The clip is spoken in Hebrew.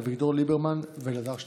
אביגדור ליברמן ואלעזר שטרן.